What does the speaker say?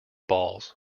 balls